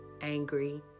angry